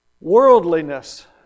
Worldliness